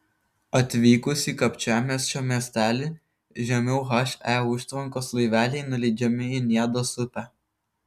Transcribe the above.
atvykus į kapčiamiesčio miestelį žemiau he užtvankos laiveliai nuleidžiami į niedos upę